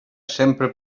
sembre